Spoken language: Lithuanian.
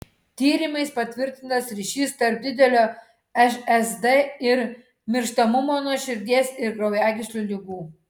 tyrimais patvirtintas ryšis tarp didelio šsd ir mirštamumo nuo širdies ir kraujagyslių ligų